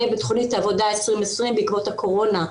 בתוכנית העבודה 2020 בעקבות הקורונה.